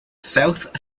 south